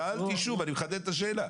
שאלתי שוב, אני מחדד את השאלה.